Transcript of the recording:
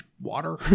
water